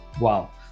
Wow